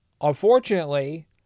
Unfortunately